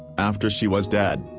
after she was dead,